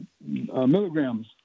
milligrams